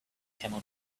camel